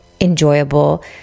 enjoyable